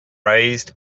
raised